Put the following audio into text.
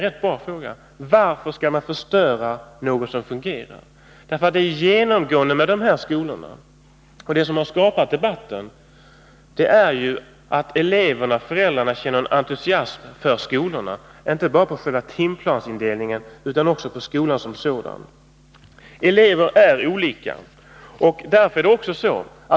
Det är en bra fråga, därför att det genomgående med de här skolorna och det som har skapat debatten ju är att eleverna och föräldrarna känner en entusiasm för skolorna — inte bara för själva timplansindelningen utan också för skolan som sådan. Elever är olika.